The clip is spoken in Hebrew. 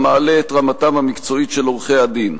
המעלות את רמתם המקצועית של עורכי-הדין.